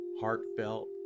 heartfelt